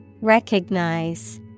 Recognize